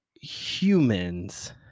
humans